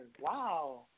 Wow